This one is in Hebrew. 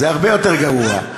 זה הרבה יותר גרוע.